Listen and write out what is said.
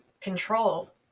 control